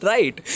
Right